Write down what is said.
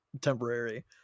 temporary